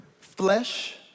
flesh